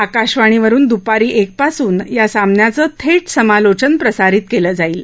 आकाशवाणीवरुन द्पारी एकपासून या सामन्याचं थेट समालोचन प्रसारित केलं जाईल